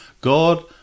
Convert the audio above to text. god